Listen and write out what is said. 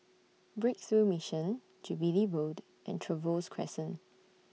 Breakthrough Mission Jubilee Road and Trevose Crescent